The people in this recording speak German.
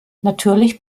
natürlich